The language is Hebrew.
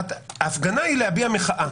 ההפגנה היא להביע מחאה,